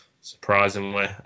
surprisingly